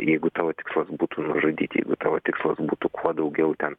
jeigu tavo tikslas būtų nužudyt jeigu tavo tikslas būtų kuo daugiau ten